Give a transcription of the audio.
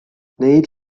neid